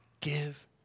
give